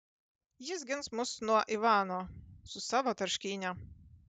jis gins mus nuo ivano su savo tarškyne